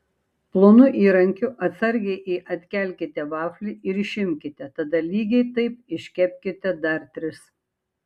plonu įrankiu atsargiai atkelkite vaflį ir išimkite tada lygiai taip iškepkite dar tris